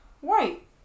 white